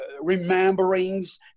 rememberings